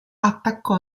attaccò